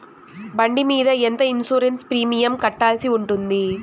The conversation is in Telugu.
బండి మీద ఎంత ఇన్సూరెన్సు ప్రీమియం కట్టాల్సి ఉంటుంది?